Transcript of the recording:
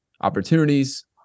opportunities